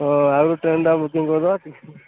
ହଁ ଆଉ ଟ୍ରେନ୍ଟା ବୁକିଙ୍ଗ କରିଦେବା